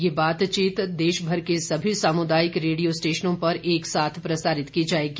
यह बातचीत देशभर के सभी सामुदायिक रेडियो स्टेशनों पर एक साथ प्रसारित की जाएगी